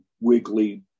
wiggly